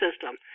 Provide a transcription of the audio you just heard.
system